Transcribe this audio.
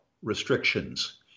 restrictions